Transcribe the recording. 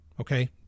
okay